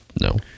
No